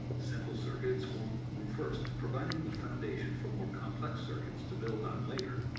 simple circuit school and first providing the foundation for more complex circuits to build on later.